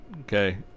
okay